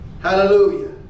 Hallelujah